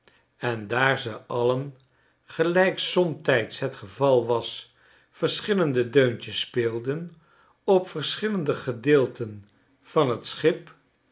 en daar ze alien gelijk somtijds het geval was verschillende deuntjes speelden op verschillende gedeelten van t schip